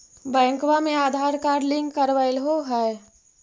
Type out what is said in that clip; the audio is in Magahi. बैंकवा मे आधार कार्ड लिंक करवैलहो है?